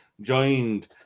joined